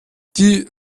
die